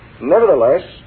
Nevertheless